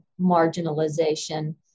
marginalization